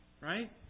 Right